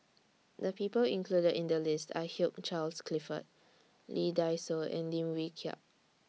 The People included in The list Are Hugh Charles Clifford Lee Dai Soh and Lim Wee Kiak